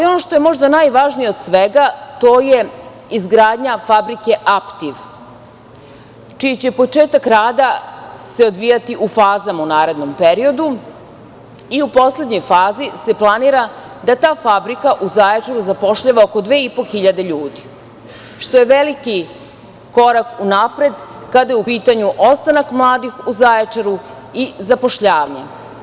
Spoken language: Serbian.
Ono što je možda najvažnije od svega to je izgradnja fabrike „Aptiv“, čiji će početak rada se odvijati u fazama u narednom periodu i u poslednjoj fazi se planira da ta fabrika u Zaječaru zapošljava oko dve i po hiljade ljudi, što je veliki korak unapred kada je u pitanju ostanak mladih u Zaječaru i zapošljavanje.